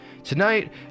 Tonight